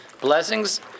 Blessings